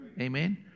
Amen